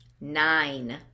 Nine